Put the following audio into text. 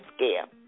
scam